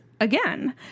again